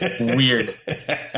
Weird